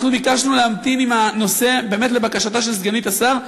ביקשנו להמתין עם הנושא באמת לבקשתה של סגנית השר,